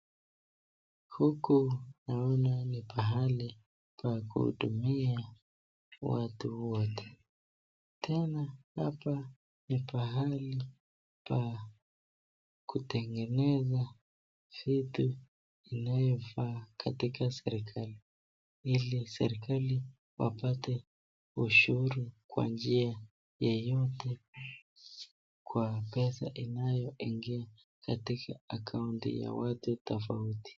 Huku naona ni pahali pa kuhudumia watu wote, tena hapa ni pahali pa kutengeneza vitu inavyofaa kwa katika serikali ,ili serikali ikapate ushuru kwa njia yoyote kwa pesa inayoingia katika akaunti ya watu tofauti.